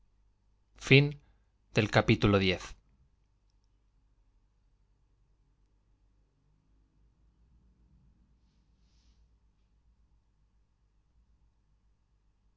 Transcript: fin del cual